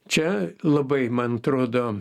čia labai man atrodo